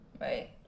right